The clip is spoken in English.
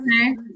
Okay